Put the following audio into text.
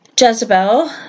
Jezebel